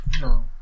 No